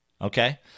Okay